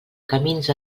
camins